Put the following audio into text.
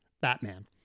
Batman